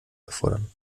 erfordern